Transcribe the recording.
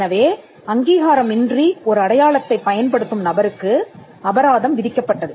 எனவே அங்கீகாரமின்றி ஒரு அடையாளத்தைப் பயன்படுத்தும் நபருக்கு அபராதம் விதிக்கப்பட்டது